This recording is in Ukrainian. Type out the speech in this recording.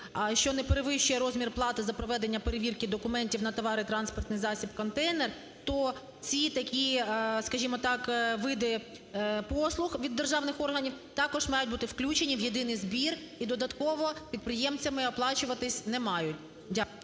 що не перевищує розмір плати за проведення перевірки документів на товари, транспортний засіб, контейнер, то ці такі, скажімо так, види послуг від державних органів також мають бути включені в єдиний збір і додатково підприємцями оплачуватися не мають. Дякую.